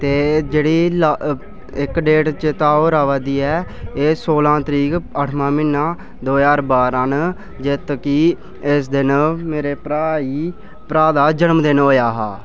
ते जेह्ड़ी ला इक डेट चेता होर आवै दी ऐ एह् सोलां तरीक अठमां म्हीना दो ज्हार बारां न जित कि इस दिन मेरे भ्राऽ ई भ्राऽ दा जनमदिन होएआ हा